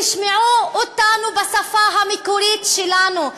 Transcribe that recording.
תשמעו אותנו בשפה המקורית שלנו.